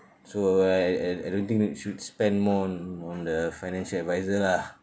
so I I I don't think that you should spend more on on the financial advisor lah